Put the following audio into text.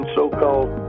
so-called